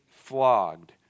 flogged